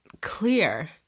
clear